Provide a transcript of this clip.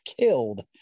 killed